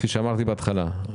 כפי שאמרתי בהתחלה,